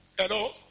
Hello